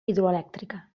hidroelèctrica